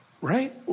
Right